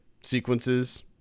sequences